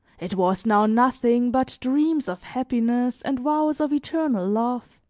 it was now nothing but dreams of happiness and vows of eternal love